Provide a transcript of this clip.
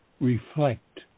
reflect